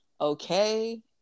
Okay